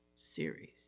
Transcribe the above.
series